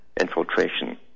infiltration